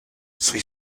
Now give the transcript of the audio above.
sui